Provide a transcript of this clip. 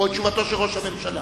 או את תשובתו של ראש הממשלה?